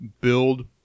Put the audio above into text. build